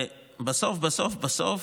בסוף בסוף,